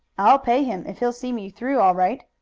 i'll pay him if he'll see me through all right.